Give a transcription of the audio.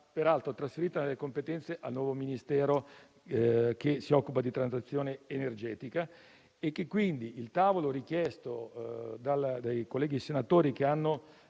peraltro trasferita nelle competenze del nuovo Ministero che si occupa di transizione ecologica. Il tavolo richiesto dai colleghi senatori che hanno